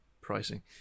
pricing